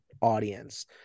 audience